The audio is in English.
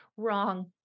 wrong